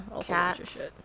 Cats